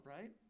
right